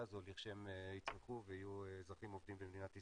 הזו לכשהם יצמחו ויהיו אזרחים עובדים במדינת ישראל.